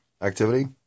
activity